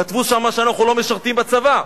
כתבו שם שאנחנו לא משרתים בצבא.